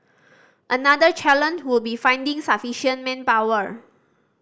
another challenge would be finding sufficient manpower